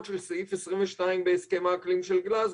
של סעיף 22 בהסכם האקלים של גלזגו.